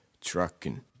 trucking